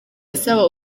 asaba